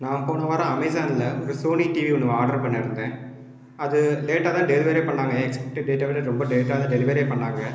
நான் போன வாரம் அமேசானில் ஒரு சோனி டிவி ஒன்று ஆர்டர் பண்ணியிருந்தேன் அது லேட்டாகதான் டெலிவரே பண்ணிணாங்க எக்ஸ்பெக்ட் டேட்டை விட ரொம்ப லேட்டாகதான் டெலிவரியே பண்ணிணாங்க